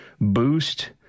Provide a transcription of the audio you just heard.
boost